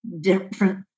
different